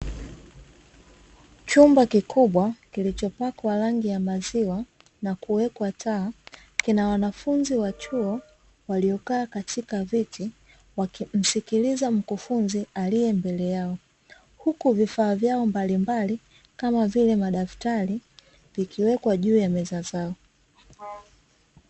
Chumba kikubwa kilichopakwa rangi ya maziwa na kuwekwa taa, kina wanafunzi wa chuo waliokaa katika viti, wakimsikiliza mkufunzi aliye mbele yao, huku vifaa vyao mbalimbali kama vile madaftari, vikiwekwa juu ya meza zao.